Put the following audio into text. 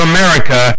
America